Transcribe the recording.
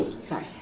Sorry